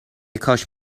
کاش